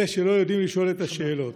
אלה שלא יודעים לשאול את השאלות.